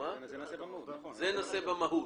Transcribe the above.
זה נושא במהות.